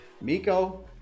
Miko